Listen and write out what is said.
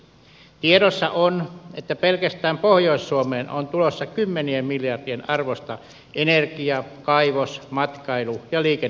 tiedossa on että pelkästään pohjois suomeen on tulossa kymmenien miljardien arvosta energia kaivos matkailu ja liikenneinvestointeja